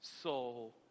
soul